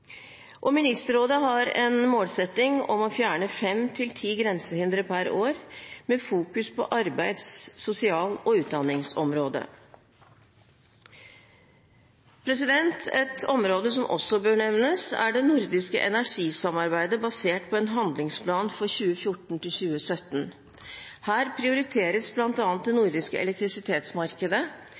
Ministerrådet har en målsetting om å fjerne fem til ti grensehindre per år, med arbeids-, sosial- og utdanningsområdet i fokus. Et område som også bør nevnes, er det nordiske energisamarbeidet basert på en handlingsplan for 2014–2017. Her prioriteres bl.a. det nordiske elektrisitetsmarkedet,